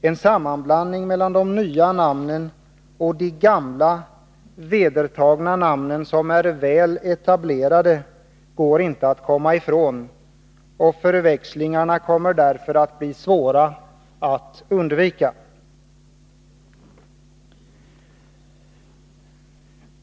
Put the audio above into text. En sammanblandning av de nya namnen och de gamla vedertagna namnen, som är väl etablerade, går inte att undvika. Det kommer därför att bli svårt att undvika förväxlingar.